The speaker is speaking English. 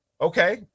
Okay